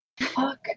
Fuck